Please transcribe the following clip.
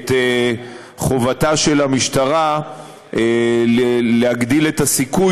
את חובתה של המשטרה להגדיל את הסיכוי